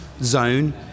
zone